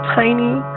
tiny